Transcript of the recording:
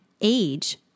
age